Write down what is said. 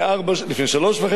לפני שנתיים וחצי,